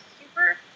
super